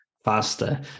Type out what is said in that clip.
faster